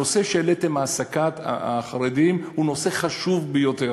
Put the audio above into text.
הנושא שהעליתם, העסקת חרדים, הוא נושא חשוב ביותר,